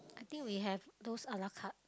think we have those a lah carte